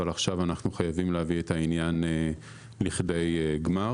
אבל עכשיו אנחנו חייבים להביא את העניין לכדי גמר.